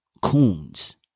coons